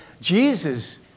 Jesus